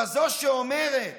כזאת שאומרת: